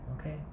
okay